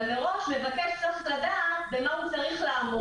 אבל מראש מבקש צריך לדעת במה הוא צריך לעמוד.